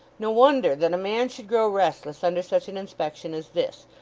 no wonder that a man should grow restless under such an inspection as this,